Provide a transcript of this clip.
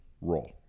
roll